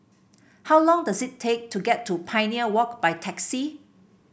how long does it take to get to Pioneer Walk by taxi